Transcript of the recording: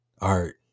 art